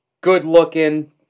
good-looking